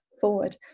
forward